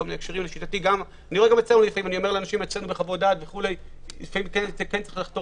גם אצלנו בחוות דעת אני אומר שכן צריך לחתור